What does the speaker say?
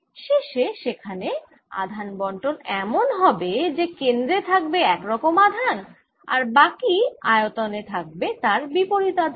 শেষে সেখানে আধান বন্টন এমন হবে যে কেন্দ্রে থাকবে এক রকম আধান আর বাকি আয়তনে থাকবে তার বিপরীত আধান